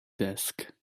desk